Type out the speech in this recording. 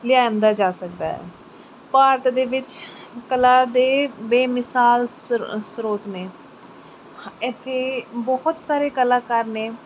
ਲਿਆਉਂਦਾ ਜਾ ਸਕਦਾ ਹੈ ਭਾਰਤ ਦੇ ਵਿੱਚ ਕਲਾ ਦੇ ਬੇਮਿਸਾਲ ਸ ਸਰੋਤ ਨੇ ਇੱਥੇ ਬਹੁਤ ਸਾਰੇ ਕਲਾਕਾਰ ਨੇ